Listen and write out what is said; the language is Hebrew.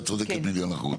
ואת צודקת במיליון אחוז.